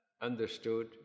understood